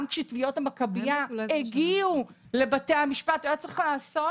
גם כשתביעות המכבייה הגיעו לבתי המשפט היה צריך לעשות